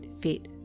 fit